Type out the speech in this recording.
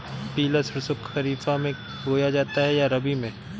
पिला सरसो खरीफ में बोया जाता है या रबी में?